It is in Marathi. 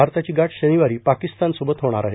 भारताची गाठ शनिवारी पाकिस्तान सोबत होणार आहे